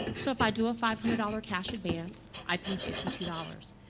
so, if i do a five hundred dollars cash advance, i pay fifty two dollars.